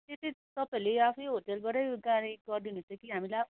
त्यो चाहिँ तपाईँहरूले आफै होटलबाटै गाडी गरिदिनुहुन्छ कि हामीले आफै